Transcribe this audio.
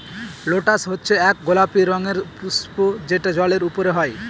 lotus হচ্ছে এক গোলাপি রঙের পুস্প যেটা জলের ওপরে হয়